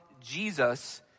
Jesus